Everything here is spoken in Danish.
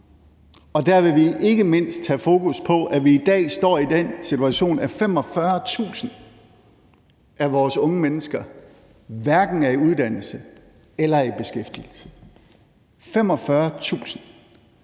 og der vil vi ikke mindst have fokus på, at vi i dag står i den situation, at 45.000 af vores unge mennesker hverken er i uddannelse eller i beskæftigelse – 45.000!